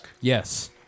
Yes